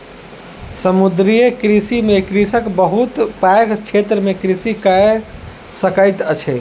समुद्रीय कृषि में कृषक बहुत पैघ क्षेत्र में कृषि कय सकैत अछि